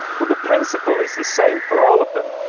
well the principle is the same for all of them,